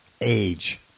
age